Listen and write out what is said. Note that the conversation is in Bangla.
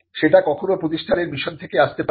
সেটা কখনও প্রতিষ্ঠানের মিশন থেকেই আসতে পারে